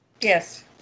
Yes